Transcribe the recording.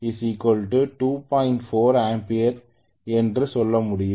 4 ampere என்றுசொல்ல முடியும்